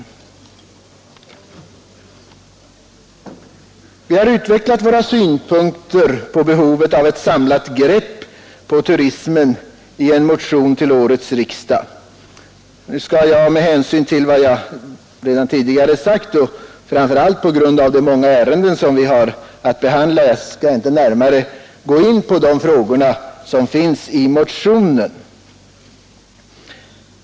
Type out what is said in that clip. Vi har i en motion till årets riksdag utvecklat våra synpunkter på behovet av ett samlat grepp på turismen. Jag skall — med hänsyn till vad jag tidigare sagt och framför allt på grund av de många ärenden som vi har att behandla — inte närmare gå in på de frågor som tas upp i motionen.